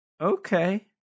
okay